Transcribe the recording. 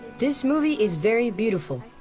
this movie is very beautiful.